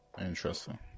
interesting